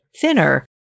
thinner